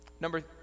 number